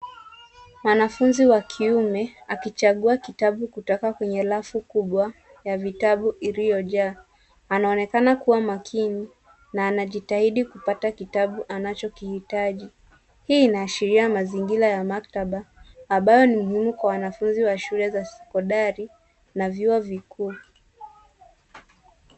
Mwanafunzi wa kiume akichagua kitabu kutoka kwenye rafu kubwa ya vitabu iliyojaa. Anaonekana kuwa makini, na anajitahidi kupata kitabu anacho kihitaji. Hii inaashiria mazingira ya maktaba, ambayo ni muhimu kwa wanafunzi wa shule za sekondari, na vyuo vikuu.